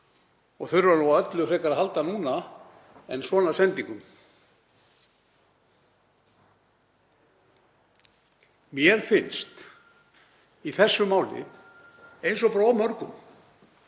og þurfa á öllu frekar að halda núna en svona sendingum. Mér finnst í þessu máli eins og í of mörgum